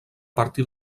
partir